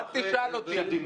אל תשאל אותי.